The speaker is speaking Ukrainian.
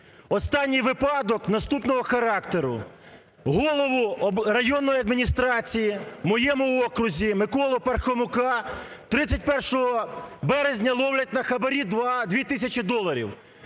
останній випадок наступного характеру. Голову районної адміністрації у моєму окрузі Миколу Пархомука 31 березня ловлять на хабарі 2 тисячі доларів.